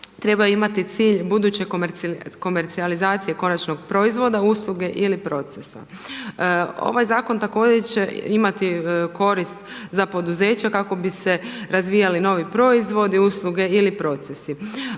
trebaju imati cilj buduće komercijalizacije konačnog proizvoda, usluge ili procesa. Ovaj zakon također će imati korist za poduzeća kako bi se razvijali novi proizvodi, usluge ili procesi.